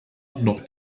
noch